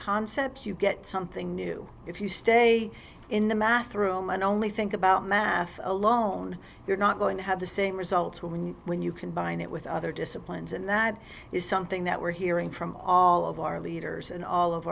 concepts you get something new if you stay in the math room and only think about math alone you're not going to have the same results when you when you combine it with other disciplines and that is something that we're hearing from all of our leaders and all of